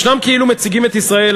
ישנם כאלו שמציגים את ישראל,